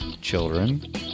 children